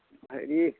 হেৰি